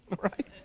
Right